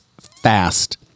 fast